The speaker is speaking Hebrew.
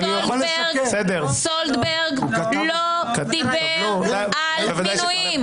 סולברג לא דיבר על מינויים.